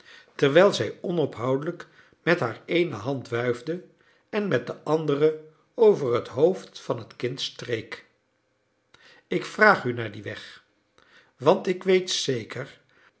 terwijl zij onophoudelijk met haar eene hand wuifde en met de andere over het hoofd van het kind streek ik vraag u naar dien weg want ik weet zeker